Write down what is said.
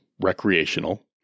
recreational